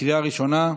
לקריאה ראשונה.